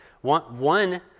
One